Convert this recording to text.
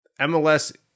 MLS